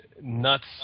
nuts